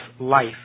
life